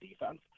defense